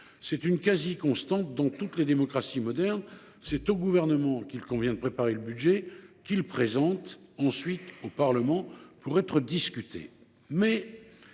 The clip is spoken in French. C’est une quasi constante dans toutes les démocraties modernes : c’est au Gouvernement qu’il revient de préparer le budget, qu’il présente ensuite au Parlement pour être discuté.